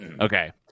Okay